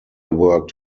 worked